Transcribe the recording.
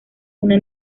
una